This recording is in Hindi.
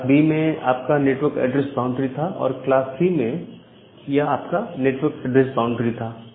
क्लास B में यह आपका नेटवर्क एड्रेस बाउंड्री था और क्लास C में यह आपका नेटवर्क एड्रेस बाउंड्री था